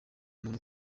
umuntu